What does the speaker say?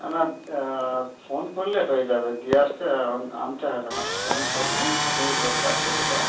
না না ফোন করলে হয়ে যাবে দিয়ে আসতে আনতে হবে না ফোন করলে আমিই লোক পাঠিয়ে দেবো হ্যাঁ